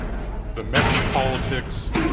the messy politics,